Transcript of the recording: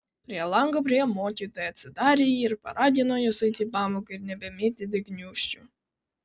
prie lango priėjo mokytoja atsidarė jį ir paragino juos eiti į pamoką ir nebemėtyti gniūžčių